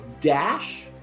dash